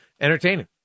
entertaining